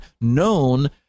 known